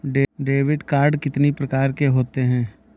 Debit card कितनी प्रकार के होते हैं?